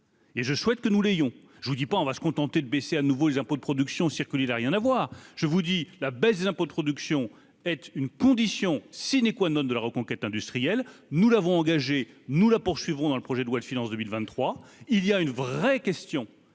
Et je souhaite que nous l'ayons je vous dis pas : on va se contenter de baisser à nouveau les impôts de production, circulez, il n'a rien à voir, je vous dis : la baisse des impôts de production est une condition sine qua non de la reconquête industrielle, nous l'avons engagé, nous la poursuivrons dans le projet de loi de finances 2023 il y a une vraie question